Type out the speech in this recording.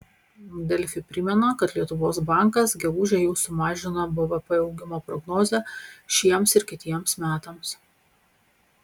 delfi primena kad lietuvos bankas gegužę jau sumažino bvp augimo prognozę šiems ir kitiems metams